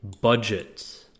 budget